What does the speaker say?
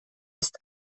ist